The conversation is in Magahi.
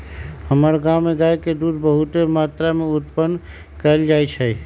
हमर गांव में गाय के दूध बहुते मत्रा में उत्पादन कएल जाइ छइ